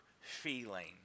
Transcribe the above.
feeling